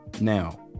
Now